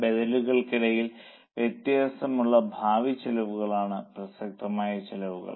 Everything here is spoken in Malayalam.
ബദലുകൾക്കിടയിൽ വ്യത്യാസമുള്ള ഭാവി ചെലവുകളാണ് പ്രസക്തമായ ചെലവുകൾ